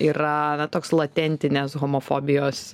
yra na toks latentinės homofobijos